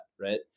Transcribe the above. right